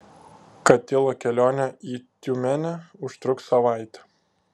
katilo kelionė į tiumenę užtruks savaitę